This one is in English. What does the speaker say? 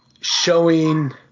showing